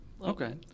Okay